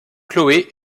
chloé